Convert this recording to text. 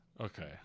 Okay